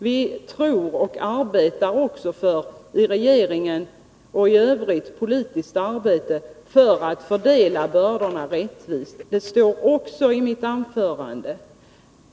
Vi tror på och arbetar i regeringen och i övrigt politiskt arbete för en rättvis fördelning av bördorna. Det sade jag också i mitt anförande.